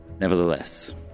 Nevertheless